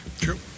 True